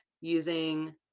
using